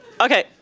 Okay